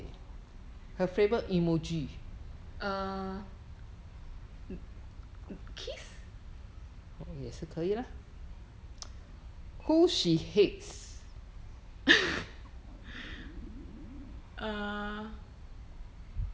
err mm mm kiss err